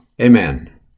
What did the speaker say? Amen